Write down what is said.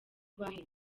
bahembwe